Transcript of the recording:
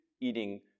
eating